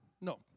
no